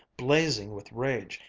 blazing with rage,